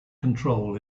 control